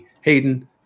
Hayden